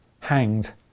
hanged